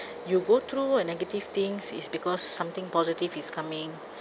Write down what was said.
you go through a negative things is because something positive is coming